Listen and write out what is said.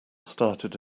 started